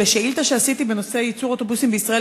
שעל השאילתה שהגשתי בנושא ייצור אוטובוסים בישראל,